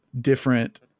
different